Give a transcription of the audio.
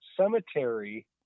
cemetery